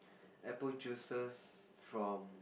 apple juices from